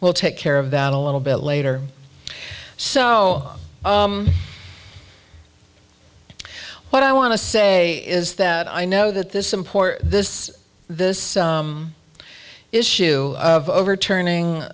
well take care of that a little bit later so what i want to say is that i know that this import this this issue of overturning